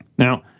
Now